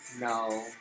No